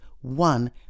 one